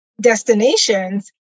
destinations